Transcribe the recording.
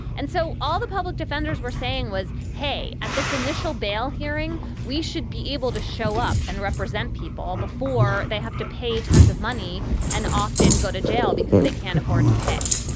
and so all the public defenders were saying was, hey, at this initial bail hearing, we should be able to show up and represent people before they have to pay tons of money and often go to jail because they can't afford to pay.